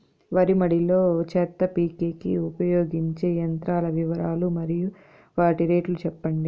వరి మడి లో చెత్త పీకేకి ఉపయోగించే యంత్రాల వివరాలు మరియు వాటి రేట్లు చెప్పండి?